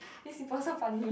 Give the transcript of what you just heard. these people so funny